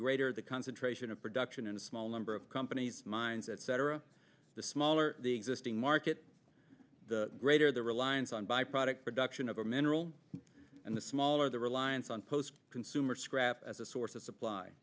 greater the concentration of production in a small number of companies mines etc the smaller the existing market the greater the reliance on by product production of a mineral and the smaller the reliance on post consumer scrap as a source of supply